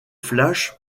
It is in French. flash